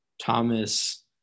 Thomas